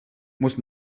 muss